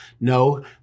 No